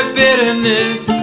bitterness